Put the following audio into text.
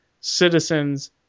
citizens